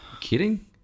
Kidding